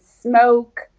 smoke